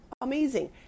Amazing